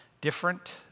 different